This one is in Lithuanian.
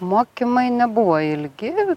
mokymai nebuvo ilgi